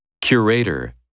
Curator